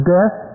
Death